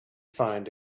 find